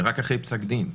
זה רק אחרי פסק דין.